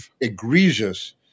egregious